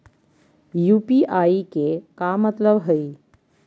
UPI के का मतलब हई?